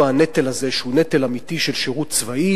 הנטל הזה שהוא נטל אמיתי של שירות צבאי,